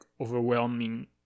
overwhelming